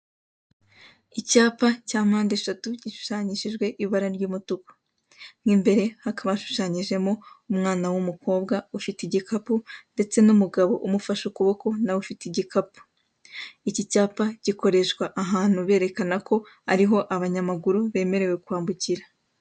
Icyapa cya mpande eshatu gishushanyishijwe ibara ry'umutuku mu imbere hakaba hashushanyijemo umwana w'umukobwa ufite igikapu ndetse n'umugabo nawe ufite igikapu, iki cyapa gikoreshwa ahantu berekana ko ariho abanyamaguru bemerewe kwambukira.